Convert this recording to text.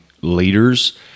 leaders